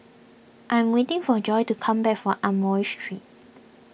I'm waiting for Joy to come back from Amoy Street